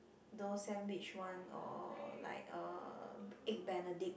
those sandwich one or like uh Egg Benedict